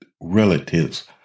relatives